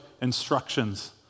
instructions